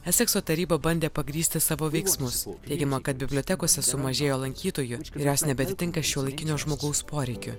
esekso taryba bandė pagrįsti savo veiksmus teigiama kad bibliotekose sumažėjo lankytojų ir jos nebeatitinka šiuolaikinio žmogaus poreikių